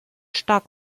stark